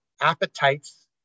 appetites